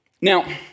Now